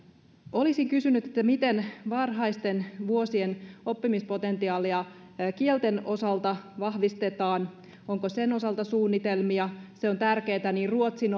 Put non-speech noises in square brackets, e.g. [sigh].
olisin kysynyt miten varhaisten vuosien oppimispotentiaalia kielten osalta vahvistetaan onko sen osalta suunnitelmia se on tärkeätä niin ruotsin [unintelligible]